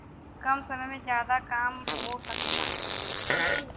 कम समय में जादा काम हो सकला